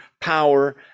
power